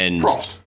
Frost